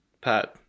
pad